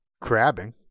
crabbing